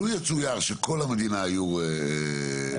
לו יצויר שכל המדינה היו מתפקדים,